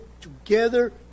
together